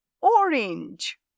orange